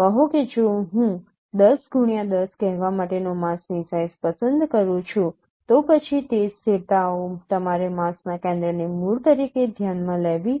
કહો કે જો હું 10 x 10 કહેવા માટેનો માસ્કની સાઇઝ પસંદ કરું છું તો પછી તે સ્થિરતાઓ તમારે માસ્કના કેન્દ્રને મૂળ તરીકે ધ્યાનમાં લેવી